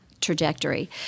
trajectory